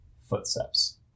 footsteps